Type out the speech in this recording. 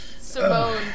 Simone